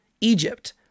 Egypt